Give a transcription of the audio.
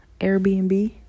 airbnb